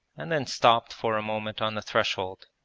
and then stopped for a moment on the threshold.